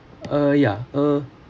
uh yeah uh